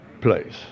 place